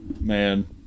Man